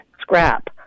scrap